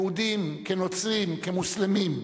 יהודים כנוצרים כמוסלמים,